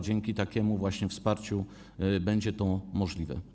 Dzięki takiemu właśnie wsparciu będzie to możliwe.